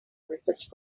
research